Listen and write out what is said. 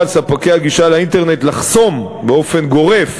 על ספקי הגישה לאינטרנט לחסום באופן גורף,